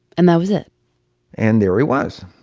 and that was it and there he was.